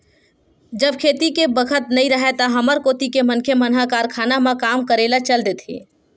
जब खेती के बखत नइ राहय त हमर कोती के मनखे मन ह कारखानों म काम करे ल चल देथे